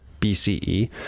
BCE